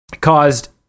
caused